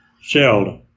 shelled